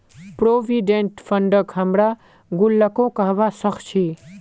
provident फंडक हमरा गुल्लको कहबा सखछी